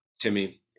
Timmy